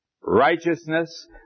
righteousness